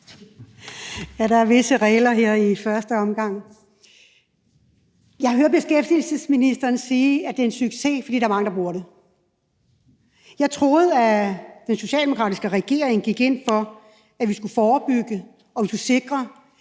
Ja, der er visse regler her i første omgang. Jeg hører beskæftigelsesministeren sige, at det er en succes, fordi der er mange, der bruger det. Jeg troede, at den socialdemokratiske regering gik ind for, at vi skulle forebygge, og at vi skulle sikre